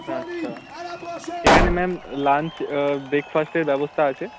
আচ্ছা এখানে ma'am lunch ব্রেকফাস্টের ব্যবস্থা আছে